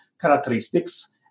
characteristics